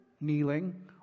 kneeling